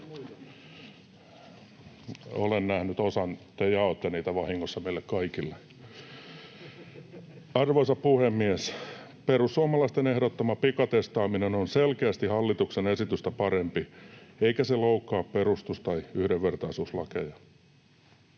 Olen nähnyt osan, te jaoitte niitä vahingossa meille kaikille. Arvoisa puhemies! Perussuomalaisten ehdottama pikatestaaminen on selkeästi hallituksen esitystä parempi, eikä se loukkaa perustus- tai yhdenvertaisuuslakeja.